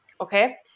okay